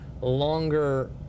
longer